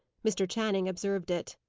mr. channing observed it.